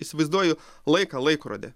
įsivaizduoju laiką laikrodį